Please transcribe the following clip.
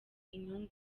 inyungu